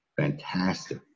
fantastic